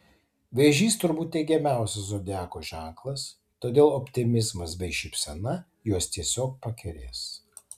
vėžys turbūt teigiamiausias zodiako ženklas todėl optimizmas bei šypsena juos tiesiog pakerės